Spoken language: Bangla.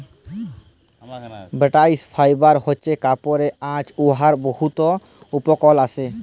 বাস্ট ফাইবার হছে কাপড়ের আঁশ উয়ার বহুত উপকরল আসে